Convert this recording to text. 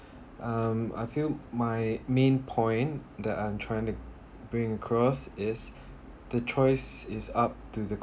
um I feel my main point that I'm trying to bring across is the choice is up to the con~